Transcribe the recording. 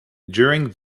during